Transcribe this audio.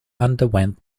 underwent